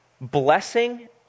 blessing